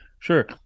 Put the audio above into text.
Sure